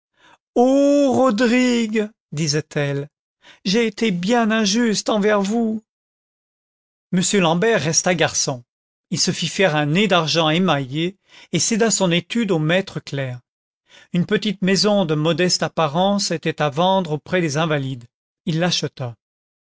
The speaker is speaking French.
rodrigue disait-elle j'ai été bien injuste envers vous m l'ambert resta garçon il se fit faire un nez d'argent émaillé et céda son étude au maître clerc une petite maison de modeste apparence hait à vendre auprès des invalides il